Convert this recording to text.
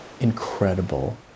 incredible